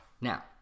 Now